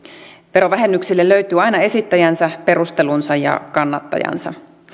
verovähennyksille löytyy aina esittäjänsä perustelunsa ja kannattajansa